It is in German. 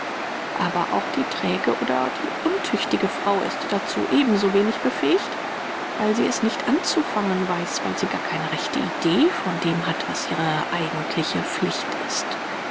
aber auch die träge oder die untüchtige frau ist dazu ebenso wenig befähigt weil sie es nicht anzufangen weiß weil sie gar keine rechte idee von dem hat was ihre eigentliche pflicht ist